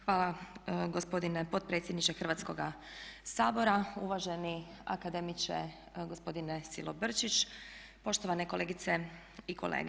Hvala gospodine potpredsjedniče Hrvatskoga sabora, uvaženi akademiče gospodine Silobrčić, poštovane kolegice i kolege.